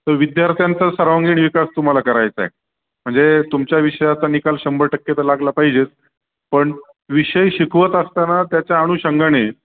तर विद्यार्थ्यांचा सर्वांगीण विकास तुम्हाला करायचा आहे म्हणजे तुमच्या विषयाचा निकाल शंभर टक्के तर लागला पाहिजेच पण विषय शिकवत असताना त्याच्या अनुषंगाने